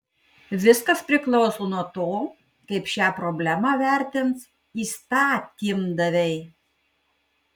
viskas priklauso nuo to kaip šią problemą vertins įstatymdaviai